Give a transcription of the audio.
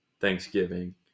Thanksgiving